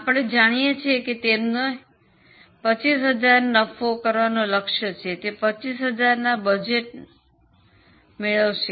આપણે જાણીએ છીએ કે તેમનો 25000 નફો કરવાનો લક્ષ્ય છે તે 25000 ના બજેટ નફો મેળવશે